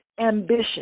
ambition